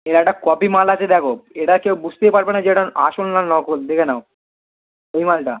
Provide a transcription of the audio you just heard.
এর একটা কপি মাল আছে দেখো এটা কেউ বুঝতেই পারবে না যে এটা আসল না নকল দেখে নাও এই মালটা